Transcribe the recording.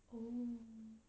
oh